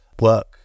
work